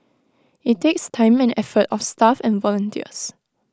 IT takes time and effort of staff and volunteers